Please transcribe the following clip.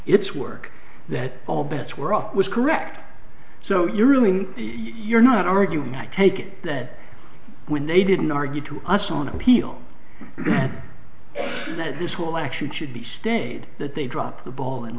its work that all bets were off was correct so you're really you're not arguing i take it that when they didn't argue to us on appeal that this will actually be stayed that they dropped the ball and